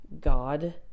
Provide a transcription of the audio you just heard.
god